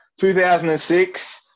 2006